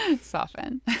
Soften